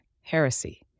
heresy